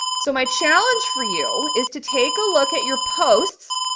so my challenge for you is to take a look at your posts,